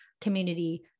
community